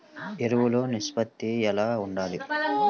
ఎరువులు నిష్పత్తి ఎలా ఉండాలి?